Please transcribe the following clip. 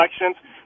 elections